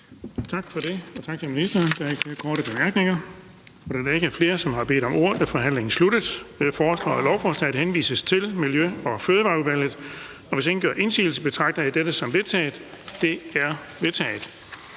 Bonnesen): Tak til ministeren. Der er ikke flere korte bemærkninger. Da der ikke er flere, som har bedt om ordet, er forhandlingen sluttet. Jeg foreslår, at lovforslaget henvises til Miljø- og Fødevareudvalget, og hvis ingen gør indsigelse, betragter jeg dette som vedtaget. Det er vedtaget.